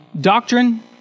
doctrine